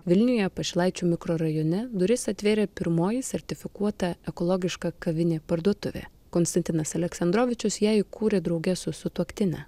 vilniuje pašilaičių mikrorajone duris atvėrė pirmoji sertifikuota ekologiška kavinė parduotuvė konstantinas aleksandrovičius ją įkūrė drauge su sutuoktine